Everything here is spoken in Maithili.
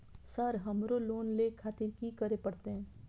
सर हमरो लोन ले खातिर की करें परतें?